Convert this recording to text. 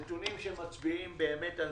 אלה נתונים שמצביעים באמת על